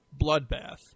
Bloodbath